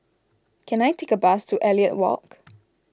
can I take a bus to Elliot Walk